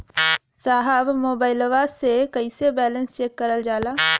साहब मोबइलवा से कईसे बैलेंस चेक करल जाला?